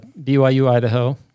BYU-Idaho